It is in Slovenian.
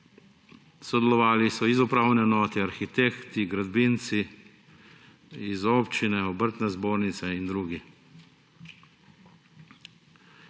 Sodelovali so iz upravne enote, arhitekti, gradbinci, iz občine, Obrtne zbornice in drugi.